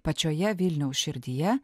pačioje vilniaus širdyje